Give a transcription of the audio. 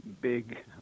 big